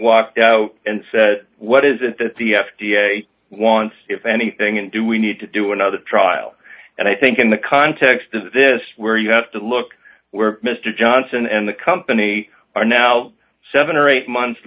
walked out and said what is it that the f d a wants if anything and do we need to do another trial and i think in the context of this where you have to look where mr johnson and the company are now seven or eight months